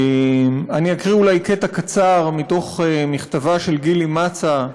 אני אקריא אולי קטע קצר מתוך מכתבה של גילי מצא,